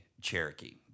Cherokee